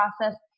process